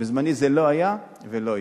בזמני זה לא היה ולא יהיה.